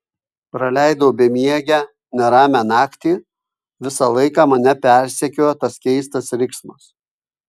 praleidau bemiegę neramią naktį visą laiką mane persekiojo tas keistas riksmas